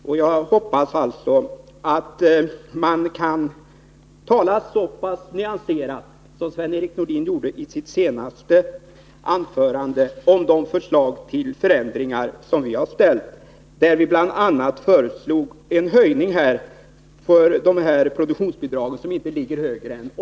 Jag hoppas alltså att man kan tala så nyanserat som Sven-Erik Nordin gjorde sitt senaste anförande om de förslag till förändringar som vi har ställt. Vi föreslog bl.a. en höjning av produktionsbidragen som inte är högre än 8 milj.kr. Tillsist: Varför inte genomföra förslaget i Gösta Anderssons motion redan i dag?